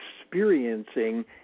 experiencing